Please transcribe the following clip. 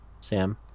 Sam